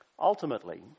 Ultimately